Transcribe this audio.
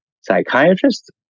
psychiatrist